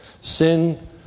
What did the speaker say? Sin